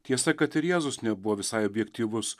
tiesa kad ir jėzus nebuvo visai objektyvus